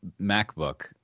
MacBook